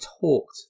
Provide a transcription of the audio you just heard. talked